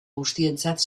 guztientzat